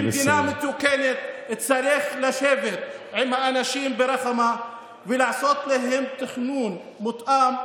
במדינה מתוקנת צריך לשבת עם האנשים ברח'מה ולעשות להם תכנון מותאם,